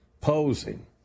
posing